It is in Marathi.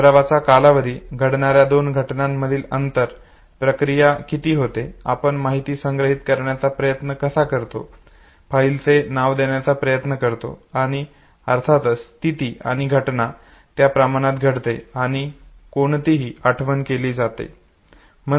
सरावाचा कालावधी घडणाऱ्या दोन घटनांमधील अंतर प्रक्रिया किती होते आपण माहिती संग्रहित करण्याचा प्रयत्न कसा करतो फाईलचे नाव आपण देण्याचा प्रयत्न करतो आणि अर्थातच स्थिती आणि घटना त्या प्रमाणात घडते आणि कोणतीही आठवण केली जाते